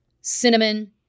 cinnamon